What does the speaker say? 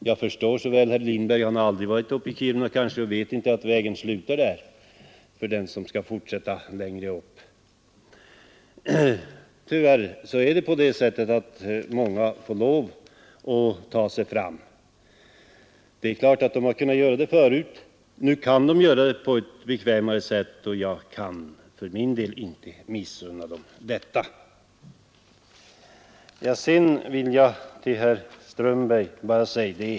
Jag förstår att herr Lindberg aldrig har varit i Kiruna och inte vet att vägen slutar där. Tyvärr är det på det sättet att många får lov att ta sig fram i terrängen. Det är klart att de har kunnat göra det förut också. Men nu kan de göra det på ett bekvämare sätt, och jag kan för min del inte missunna dem detta.